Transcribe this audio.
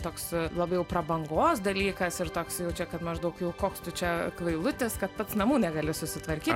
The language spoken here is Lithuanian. toks labai jau prabangos dalykas ir toks jau čia kad maždaug koks tu čia kvailutis kad pats namų negali susitvarkyti